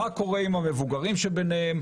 מה קורה עם המבוגרים שביניהם?